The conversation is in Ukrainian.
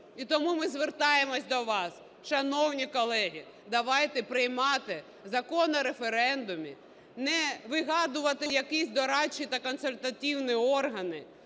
І тому ми звертаємося до вас, шановні колеги, давайте приймати Закон про референдум, не вигадувати якісь дорадчі та консультативні органи